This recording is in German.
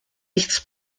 nichts